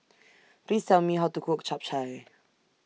Please Tell Me How to Cook Chap Chai